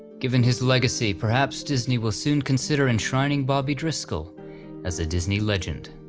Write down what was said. given his legacy perhaps disney will soon consider enshrining bobby driscoll as a disney legend.